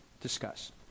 Discuss